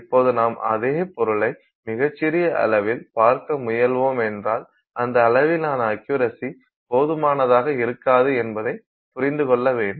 இப்போது நாம் அதே பொருளை மிகச் சிறிய அளவில் பார்க்க முயல்வோமென்றால் அந்த அளவிலான அக்யுரசி போதுமானதாக இருக்காது என்பதை புரிந்து கொள்ள வேண்டும்